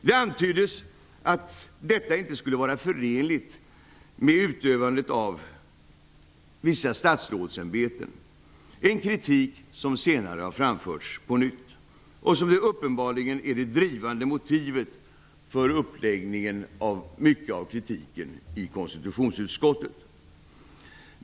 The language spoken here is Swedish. Det antyddes att det inte skulle vara förenligt med utövandet av vissa statsrådsämbeten att ha en personlig förmögenhet, en kritik som senare har framförts på nytt och som uppenbarligen är det drivande motivet för uppläggningen av mycket av kritiken i konstitutionsutskottet.